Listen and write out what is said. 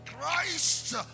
christ